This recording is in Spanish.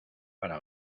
para